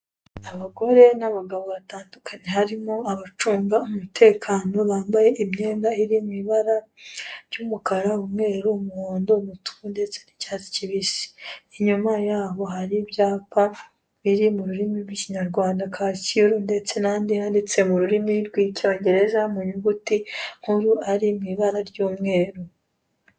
Abagore n'abagabo batandukanye harimo abacunga umutekano bambaye imyenda iri mu ibara ry'umukara umweru umuhondo ndetse n icyatsi kibisi inyuma yaho hari ibyapa biri mu rurimi rw'Ikinyarwanda kacyiru ndetse nandi yanditse mu rurimi rw'Icyongereza mu nyuguti nkuru ari mu ibara ry'umweru.